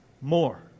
more